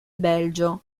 belgio